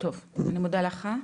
אני מודה לך,